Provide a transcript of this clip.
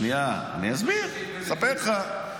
רק שנייה, אני אסביר, אספר לך.